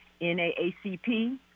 NAACP